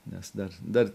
nes dar dar